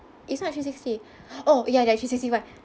it's not three sixty oh yeah that three sixty [one]